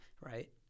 Right